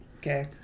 Okay